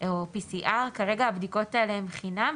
או PCR. כרגע הבדיקות האלה הן חינם.